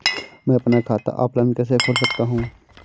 मैं अपना खाता ऑफलाइन कैसे खोल सकता हूँ?